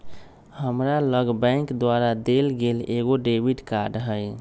हमरा लग बैंक द्वारा देल गेल एगो डेबिट कार्ड हइ